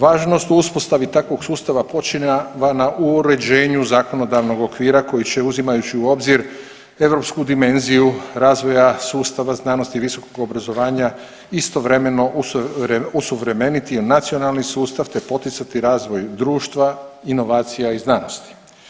Važnost u uspostavi takvog sustava počinjava na uređenju zakonodavnog okvira koji će, uzimajući u obzir europsku dimenziju razvoja sustava znanosti i visokog obrazovanja istovremeno osuvremeniti nacionalni sustav te poticati razvoj društva, inovacija i znanosti.